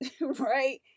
right